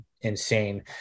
insane